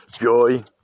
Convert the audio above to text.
Joy